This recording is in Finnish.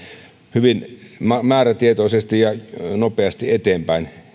hyvin määrätietoisesti ja nopeasti eteenpäin